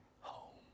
home